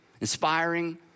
inspiring